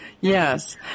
Yes